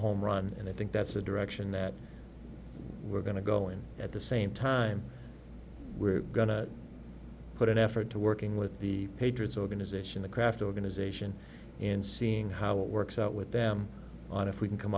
home run and i think that's the direction that we're going to go and at the same time we're going to put an effort to working with the patriots organization the craft organization and seeing how it works out with them on if we can come